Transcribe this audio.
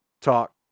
talk